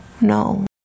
no